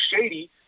Shady